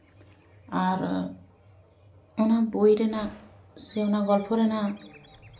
ᱟᱨ ᱚᱱᱟ ᱵᱳᱭ ᱨᱮᱱᱟᱜ ᱥᱮ ᱚᱱᱟ ᱜᱚᱞᱯᱷᱚ ᱨᱮᱱᱟᱜ